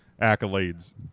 accolades